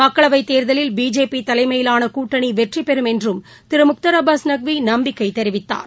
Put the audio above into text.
மக்களவைத் தேர்தலில் பிஜேபிதலைமயிலானகூட்டணிவெற்றிபெறும் என்றும் திருமுக்தார் அபாஸ் நக்விநம்பிக்கைதெரிவித்தார்